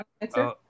answer